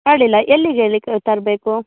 ಅಡ್ಡಿಲ್ಲ ಎಲ್ಲಿಗೆ ಹೇಳಿ ಕ ತರಬೇಕು